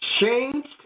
changed